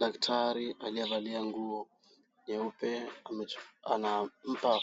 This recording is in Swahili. Daktari aliyevalia nguo nyeupe anampa